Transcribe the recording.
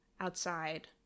outside